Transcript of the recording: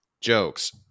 jokes